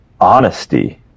honesty